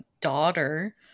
daughter